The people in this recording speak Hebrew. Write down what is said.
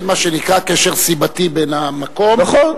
זה מה שנקרא קשר סיבתי בין המקום, נכון.